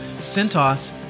CentOS